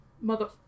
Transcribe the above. Mother